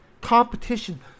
Competition